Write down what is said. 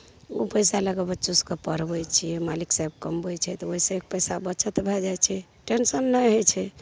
ओ पइसा लैके बच्चो सभकेँ पढ़बै छिए मालिक सहैब कमबै छै तऽ ओहिसे एक पइसा बचत भए जाए छै टेन्शन नहि होइ छै